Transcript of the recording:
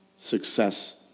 Success